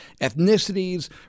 ethnicities